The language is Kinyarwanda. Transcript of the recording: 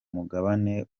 mugabane